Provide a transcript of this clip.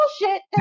bullshit